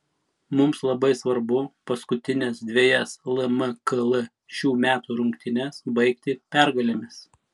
mums labai svarbu paskutines dvejas lmkl šių metų rungtynes baigti pergalėmis